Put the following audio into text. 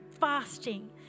fasting